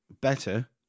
better